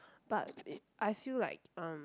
but uh I feel like um